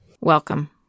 Welcome